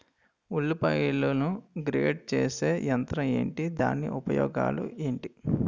ఉల్లిపాయలను గ్రేడ్ చేసే యంత్రం ఏంటి? దాని ఉపయోగాలు ఏంటి?